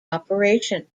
operation